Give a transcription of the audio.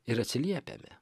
ir atsiliepiame